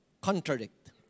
contradict